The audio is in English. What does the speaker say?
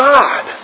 God